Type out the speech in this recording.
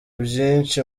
byinshi